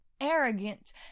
arrogant